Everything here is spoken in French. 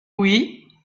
oui